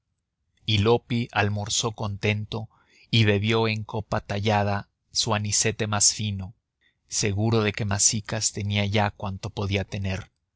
y loppi almorzó contento y bebió en copa tallada su anisete más fino seguro de que masicas tenía ya cuanto podía tener